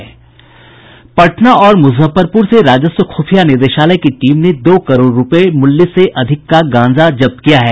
पटना और मुजफ्फरपूर से राजस्व खूफिया निदेशालय की टीम ने दो करोड़ रूपये से अधिक मूल्य का गांजा जब्त किया है